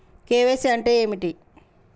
KYC అంటే ఏమిటి?